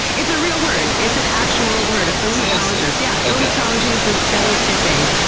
it's a real word! it's an actual word. a philematologist. yeah philematology is the study of kissing,